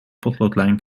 potloodlijn